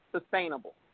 sustainable